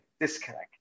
disconnect